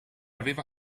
aveva